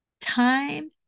Time